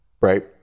right